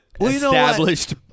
established